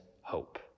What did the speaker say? hope